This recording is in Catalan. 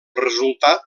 resultat